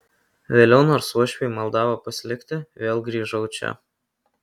vėliau nors uošviai maldavo pasilikti vėl grįžau čia